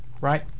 right